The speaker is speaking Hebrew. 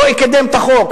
לא אקדם את החוק,